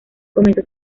comenzó